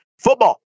football